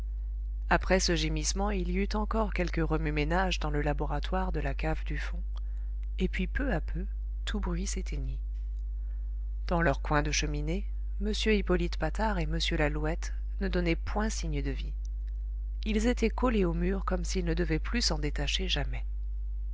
après ce gémissement il y eut encore quelque remue-ménage dans le laboratoire de la cave du fond et puis peu à peu tout bruit s'éteignit dans leur coin de cheminée m hippolyte patard et m lalouette ne donnaient point signe de vie ils étaient collés au mur comme s'ils ne devaient plus s'en détacher jamais